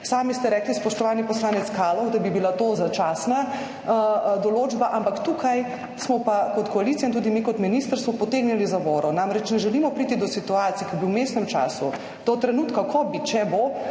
Sami ste rekli, spoštovani poslanec Kaloh, da bi bila to začasna določba, ampak tukaj smo pa kot koalicija in tudi mi kot ministrstvo potegnili zavoro. Namreč, ne želimo priti do situacije, ki bi v vmesnem času do trenutka, ko bi, če bo